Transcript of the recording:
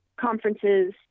conferences